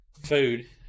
food